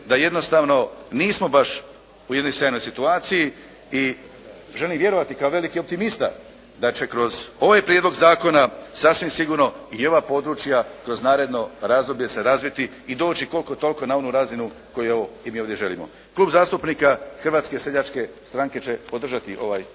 da jednostavno nismo baš u jednoj sjajnoj situaciji i želim vjerovati kao veliki optimista da će kroz ovaj prijedlog zakona sasvim sigurno i ova područja kroz naredno razdoblje se razviti i doći koliko toliko na onu razinu koju ovdje i mi želimo. Klub zastupnika Hrvatske seljačke stranke će podržati ovaj prijedlog